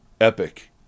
epic